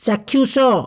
ଚାକ୍ଷୁଷ